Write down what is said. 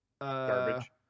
Garbage